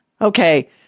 Okay